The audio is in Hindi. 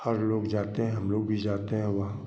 हर लोग जाते हैं हम लोग भी जाते हैं वहाँ